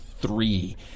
three